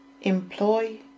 employ